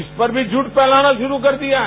इस पर भी झूठ फैलाना शुरू कर दिया है